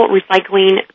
Recycling